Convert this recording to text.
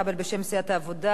בשם סיעת העבודה.